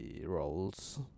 Roles